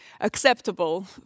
acceptable